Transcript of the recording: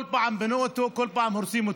כל פעם בנו אותו, כל פעם הורסים אותו.